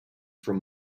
from